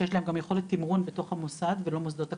שיש להם גם יכולת תמרון בתוך המוסד ולא המוסדות הקנטים.